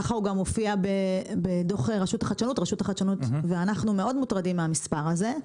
ככה הוא גם מופיע בדוח רשות החדשנות ואנחנו מאוד מוטרדים מהמספר הזה,